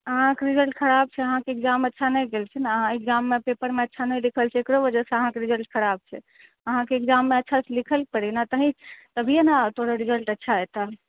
अहाँके रिजल्ट खराब छै अहाँके एक्जाम अच्छा नहि गेल छै ने अहाँ एक्जाममे पेपरमे अच्छा नहि लिखलियै तेकरो वजह से अहाँके रिजल्ट खराब छै अहाँके एक्जाममे अच्छा से लिखै लै पड़ै ने तभी तभिये ने तोरो रिजल्ट अच्छा एतऽ